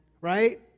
Right